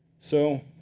so